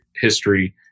history